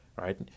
right